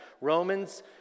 Romans